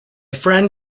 friend